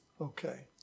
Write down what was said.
Okay